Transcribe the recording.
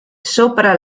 sopra